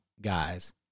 guys